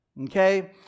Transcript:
okay